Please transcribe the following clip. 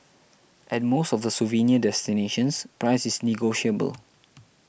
at most of the souvenir destinations price is negotiable